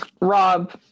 rob